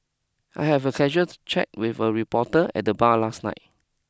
I have a casual chat with a reporter at the bar last night